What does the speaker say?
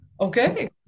Okay